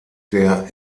der